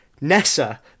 Nessa